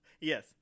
yes